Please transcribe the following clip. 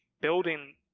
building